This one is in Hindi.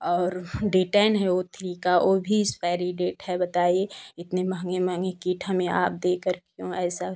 और डी टैन है वह ओथ्री का वह भी एक्सपाइरी डेट है बताइए इतना महँगा महँगा किट हमें आप देकर ऐसा